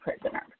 prisoner